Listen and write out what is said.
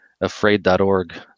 afraid.org